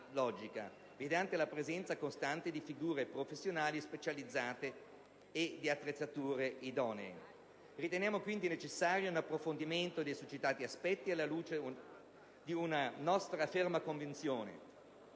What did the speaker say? mediante la presenza costante di figure professionali specializzate e di attrezzature idonee. Riteniamo quindi necessario un approfondimento dei succitati aspetti, alla luce di una nostra ferma convinzione,